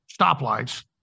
stoplights